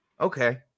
Okay